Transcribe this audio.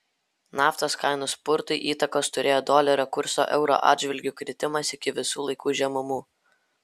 naftos kainų spurtui įtakos turėjo dolerio kurso euro atžvilgiu kritimas iki visų laikų žemumų